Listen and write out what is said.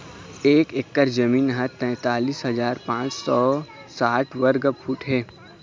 एक एकर जमीन ह तैंतालिस हजार पांच सौ साठ वर्ग फुट हे